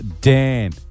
Dan